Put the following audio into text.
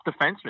defenseman